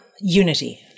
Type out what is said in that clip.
unity